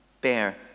bear